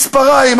מספריים,